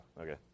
Okay